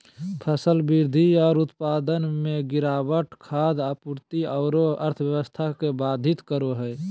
फसल वृद्धि और उत्पादन में गिरावट खाद्य आपूर्ति औरो अर्थव्यवस्था के बाधित करो हइ